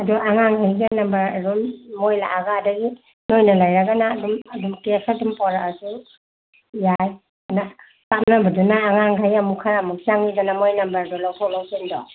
ꯑꯗꯣ ꯑꯉꯥꯡ ꯃꯈꯩꯒ ꯅꯝꯕꯔ ꯂꯣꯏꯅ ꯃꯈꯣꯏ ꯂꯥꯛꯑꯒ ꯑꯗꯒꯤ ꯅꯈꯣꯏꯅ ꯂꯩꯔꯒꯅ ꯑꯗꯨꯝ ꯀꯦꯁꯇ ꯑꯗꯨꯝ ꯄꯨꯔꯛꯑꯁꯨ ꯌꯥꯏꯗꯅ ꯀꯥꯞꯅꯕꯗꯨꯅ ꯑꯉꯥꯡ ꯈꯔ ꯑꯃꯨꯛ ꯈꯔ ꯑꯃꯨꯛ ꯆꯪꯉꯤꯗꯅ ꯃꯈꯣꯏꯒꯤ ꯅꯝꯕꯔꯗꯣ ꯂꯧꯊꯣꯛ ꯂꯧꯁꯤꯟꯗꯣ